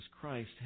Christ